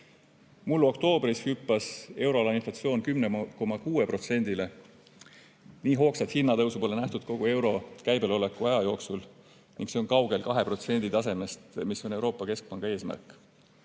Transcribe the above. Mullu oktoobris hüppas euroala inflatsioon 10,6%-le. Nii hoogsat hinnatõusu pole nähtud kogu euro käibel oleku aja jooksul ning see on kaugel 2% tasemest, mis on Euroopa Keskpanga eesmärk. Eestis